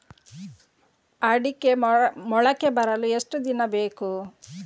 ಅಡಿಕೆ ಮೊಳಕೆ ಬರಲು ಎಷ್ಟು ದಿನ ಬೇಕು?